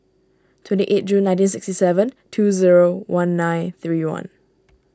twenty eight June nineteen sixty seven two zero one nine three one